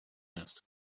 nest